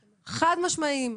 חד-משמעיים,